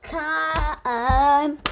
time